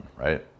right